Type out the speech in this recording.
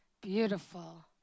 beautiful